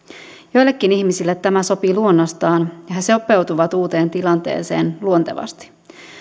joillekin ihmisille tämä sopii luonnostaan ja he sopeutuvat uuteen tilanteeseen luontevasti